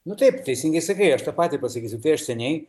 nu taip teisingai sakai aš tą patį pasakysiu tai aš seniai